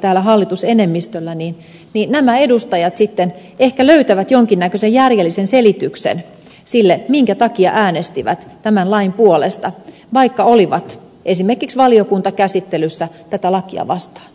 täällä hallitusenemmistöllä että nämä edustajat sitten ehkä löytävät jonkin näköisen järjellisen selityksen sille minkä takia äänestivät tämän lain puolesta vaikka olivat esimerkiksi valiokuntakäsittelyssä tätä lakia vastaan